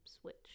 switch